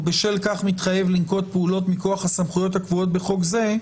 ובשל כך מתחייב לנקוט פעולות מכוח הסמכויות הקבועות בחוק זה,